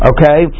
Okay